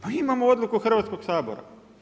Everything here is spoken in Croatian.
Pa imamo odluku Hrvatskog sabora.